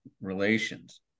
relations